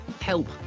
help